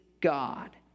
God